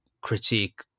critique